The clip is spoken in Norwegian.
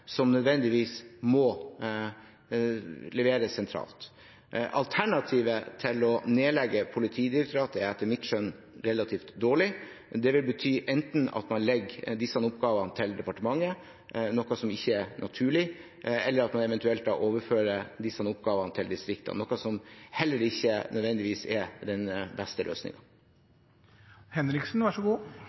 som nødvendigvis må levere sentralt. Alternativet til å nedlegge Politidirektoratet er etter mitt skjønn relativt dårlig, det vil bety at man enten legger disse oppgavene til departementet, noe som ikke er naturlig, eller at man eventuelt overfører disse oppgavene til distriktene, noe som heller ikke nødvendigvis er den beste